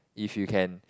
if you can